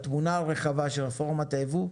בתמונה הרחבה של רפורמת הייבוא,